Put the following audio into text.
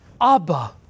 Abba